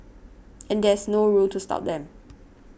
and there's no rule to stop them